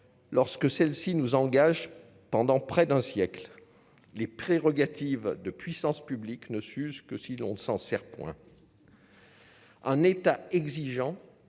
lorsque celle-ci nous engage pendant près d'un siècle, les prérogatives de puissance publique ne s'use que si l'on s'en sert point. Un État exigeant